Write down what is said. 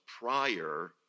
prior